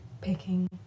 picking